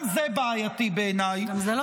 גם זה בעייתי בעיניי -- גם זה לא בסדר.